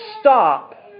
stop